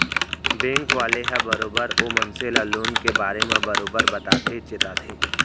bank वाले ह बरोबर ओ मनसे ल लोन के बारे म बरोबर बताथे चेताथे